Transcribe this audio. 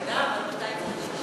שנדע אבל מתי קודם.